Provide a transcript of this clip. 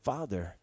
Father